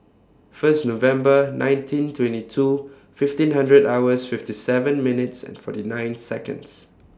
First November nineteen twenty two fifteen hundred hours fifty seven minutes and forty nine Seconds